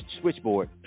switchboard